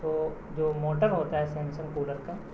توجو motor ہوتا ہے Samsung cooler کا